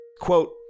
quote